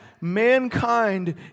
mankind